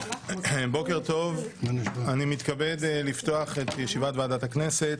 בוקר טוב, אני מתכבד לפתוח את ישיבת ועדת הכנסת.